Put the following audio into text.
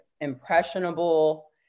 impressionable